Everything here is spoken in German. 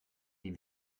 die